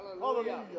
Hallelujah